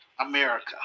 America